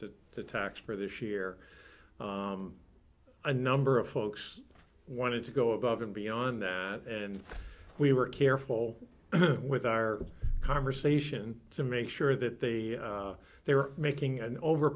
to the tax for this year a number of folks wanted to go above and beyond that and we were careful with our conversation to make sure that they they were making